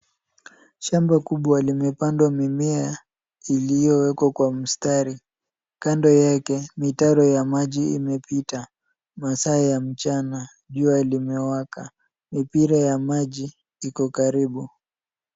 Shamba kubwa limepandwa mimea iliyowekwa kwa mistari. Kando yake mitaro ya maji imepita. Masaa ya mchana jua limewaka. Mipira ya maji iko karibu.